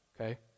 okay